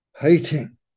hating